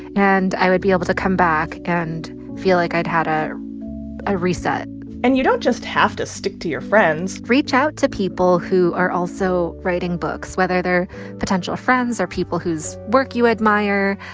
and i would be able to come back and feel like i'd had a ah reset and you don't just have to stick to your friends reach out to people who are also writing books, whether they're potential friends or people whose work you admire.